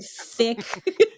thick